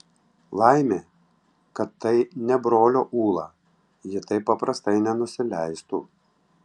laimė kad tai ne brolio ūla ji taip paprastai nenusileistų